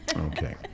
Okay